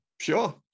sure